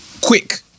quick